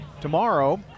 Tomorrow